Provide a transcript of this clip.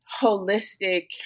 holistic